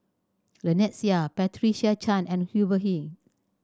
Lynnette Seah Patricia Chan and Hubert Hill